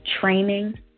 training